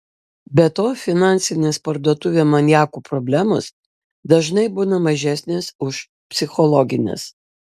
be to finansinės parduotuvių maniakų problemos dažnai būna mažesnės už psichologines